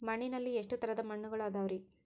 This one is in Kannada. ಮಣ್ಣಿನಲ್ಲಿ ಎಷ್ಟು ತರದ ಮಣ್ಣುಗಳ ಅದವರಿ?